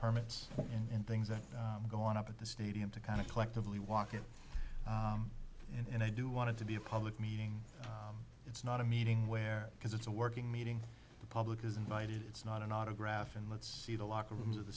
permits and things that are going up at the stadium to kind of collectively walk in and i do want to be a public meeting it's not a meeting where because it's a working meeting the public is invited it's not an autograph and let's see the locker rooms of the